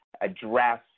address